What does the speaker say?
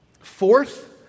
Fourth